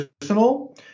personal